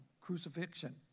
crucifixion